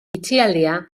itxialdia